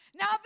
Now